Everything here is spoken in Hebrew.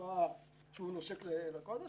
מקצוע שנושק לקודש